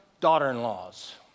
daughter-in-laws